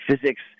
physics